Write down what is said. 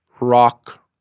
rock